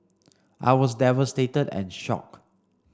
I was devastated and shocked